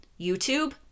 YouTube